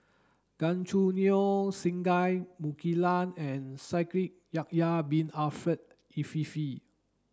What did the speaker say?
Gan Choo Neo Singai Mukilan and Shaikh Yahya bin Ahmed Afifi